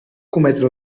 cometre